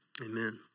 amen